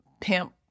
pimp